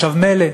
עכשיו, מילא,